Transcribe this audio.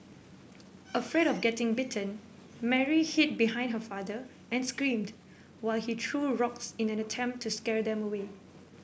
afraid of getting bitten Mary hid behind her father and screamed while he threw rocks in an attempt to scare them away